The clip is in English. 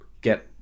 get